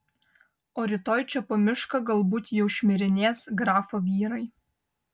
o rytoj čia po mišką galbūt jau šmirinės grafo vyrai